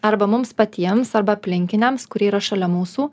arba mums patiems arba aplinkiniams kurie yra šalia mūsų